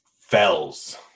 Fells